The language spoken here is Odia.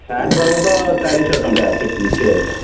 ସାର୍ଟ୍ ବାବଦ ଚାରିଶହ ଟଙ୍କା ଫିଟ୍ ତିଆରିଟା